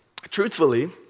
Truthfully